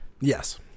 Yes